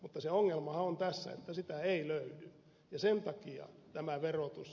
mutta se ongelmahan on tässä että sitä ei löydy ja sen takia tämä verotus